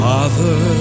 Father